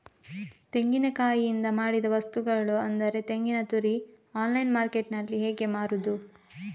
ತೆಂಗಿನಕಾಯಿಯಿಂದ ಮಾಡಿದ ವಸ್ತುಗಳು ಅಂದರೆ ತೆಂಗಿನತುರಿ ಆನ್ಲೈನ್ ಮಾರ್ಕೆಟ್ಟಿನಲ್ಲಿ ಹೇಗೆ ಮಾರುದು?